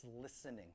listening